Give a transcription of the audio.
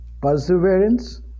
perseverance